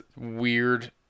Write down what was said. weird